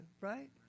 Right